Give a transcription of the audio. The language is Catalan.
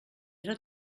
era